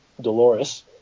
Dolores